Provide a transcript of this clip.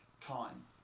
time